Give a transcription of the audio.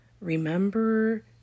remember